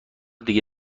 دیگه